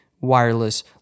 wireless